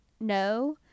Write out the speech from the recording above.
No